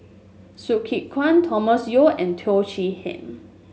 Hsu Tse Kwang Thomas Yeo and Teo Chee Hean